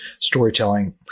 storytelling